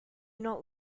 not